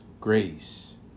Grace